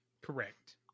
Correct